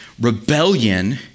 rebellion